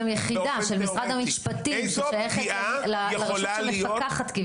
אתם יחידה של משרד המשפטים ששייכת לרשות המפקחת.